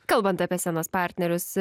kalbant apie scenos partnerius